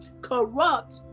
corrupt